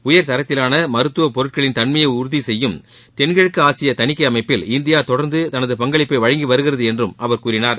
உயர் தரத்திலான மருத்துவ பொருட்களின் தன்மையை உறுதி செய்யும் தென்கிழக்கு ஆசிய தணிக்கை அமைப்பில் இந்தியா தொடர்ந்து தனது பங்களிப்பை வழங்கி வருகிறது என்றும் அவர் கூறினார்